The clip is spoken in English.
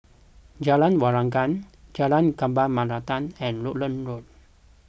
Jalan Waringin Jalan Kembang Melati and Rutland Road